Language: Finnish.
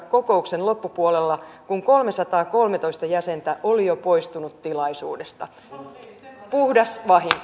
kokouksen loppupuolella tilanteessa jossa kolmesataakolmetoista jäsentä oli jo poistunut tilaisuudesta puhdas vahinko